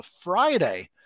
Friday